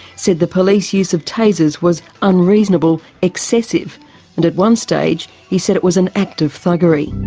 said the police use of tasers was unreasonable, excessive and at one stage, he said it was an act of thuggery.